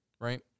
right